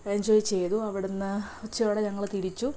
enjoy ചെയ്തു അവിടന്ന് ഉച്ചയോടെ ഞങ്ങൾ തിരിച്ചു